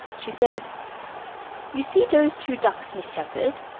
she said you see dose two ducks, miss sheppard?